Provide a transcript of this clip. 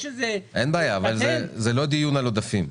אבל זה לא דיון על עודפים.